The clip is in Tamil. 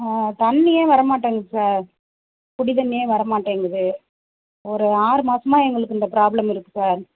தண்ணியே வர மாட்டேங்குது சார் குடி தண்ணியே வர மாட்டேங்குது ஒரு ஆறு மாதமா எங்களுக்கு இந்த ப்ரோப்லம் இருக்குது சார்